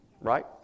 right